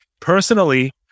Personally